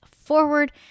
forward